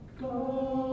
Go